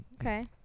okay